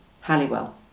Halliwell